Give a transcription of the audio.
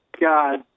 God